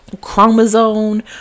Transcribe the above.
chromosome